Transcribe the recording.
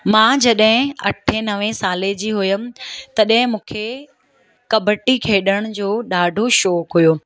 मां जॾहिं अठे नवें साले जी हुयमि तॾहिं मूंखे कॿडी खेॾण जो ॾाढो शौक़ु हुओ